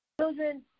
children